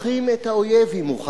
את האויב אם הוא חלש,